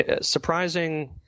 surprising